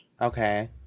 Okay